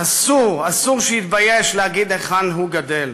אסור אסור, שיתבייש להגיד היכן הוא גדל.